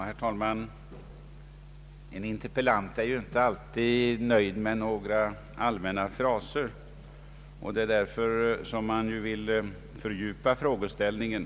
Herr talman! En interpellant är ju inte alltid nöjd med några allmänna fraser. Det är därför som man vill fördjupa frågeställningen.